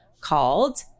called